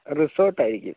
resort ആയിരിക്കും